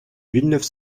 villeneuve